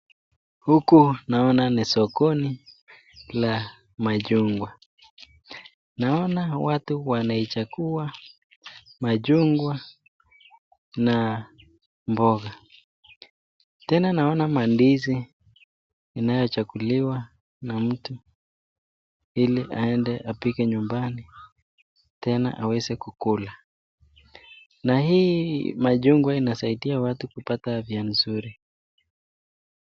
Huku naona ni sokoni la machungwa, naona watu wanichagua machungwa na mboga, tena naona mandizi inayochaguliwa na mtu iliaende apike nyumbani tena aweze kukula. Na hii machungwa inasaidia watu kupata avya nzuri